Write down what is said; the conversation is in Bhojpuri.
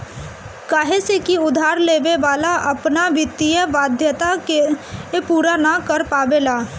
काहे से की उधार लेवे वाला अपना वित्तीय वाध्यता के पूरा ना कर पावेला